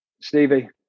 Stevie